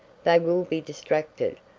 they will be distracted.